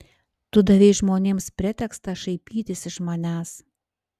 tu davei žmonėms pretekstą šaipytis iš manęs